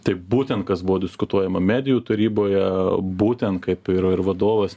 tai būtent kas buvo diskutuojama medijų taryboje būtent kaip ir ir vadovas